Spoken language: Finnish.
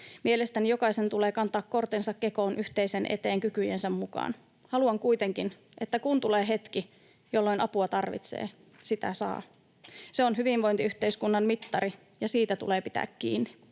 Mielestäni jokaisen tulee kantaa kortensa kekoon yhteisen eteen kykyjensä mukaan. Haluan kuitenkin, että kun tulee hetki, jolloin apua tarvitsee, sitä saa. Se on hyvinvointiyhteiskunnan mittari, ja siitä tulee pitää kiinni.